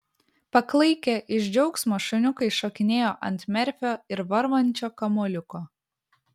paklaikę iš džiaugsmo šuniukai šokinėjo ant merfio ir varvančio kamuoliuko